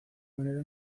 manera